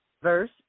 Verse